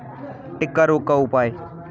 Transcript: टिक्का रोग का उपाय?